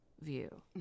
view